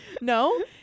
No